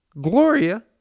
Gloria